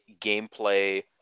gameplay